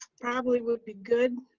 probably would be good.